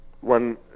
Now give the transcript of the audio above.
one